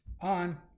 on